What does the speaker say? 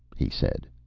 he said,